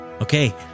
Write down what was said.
Okay